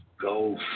Go